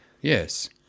Yes